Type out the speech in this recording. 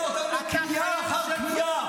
הוכחתם שאתם לא מבינים כלום.